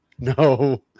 No